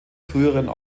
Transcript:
früheren